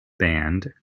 band